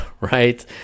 Right